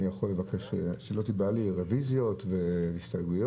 אני יכול לבקש רוויזיות והסתייגויות?